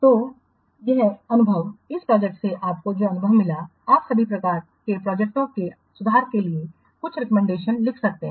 तो से यह अनुभव इस प्रोजेक्टसे आपको जो अनुभव मिला है आप उसी प्रकार की प्रोजेक्टओं के सुधार के लिए कुछ रिकमेंडेशंस लिख सकते हैं